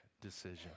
decision